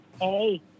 hey